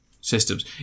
systems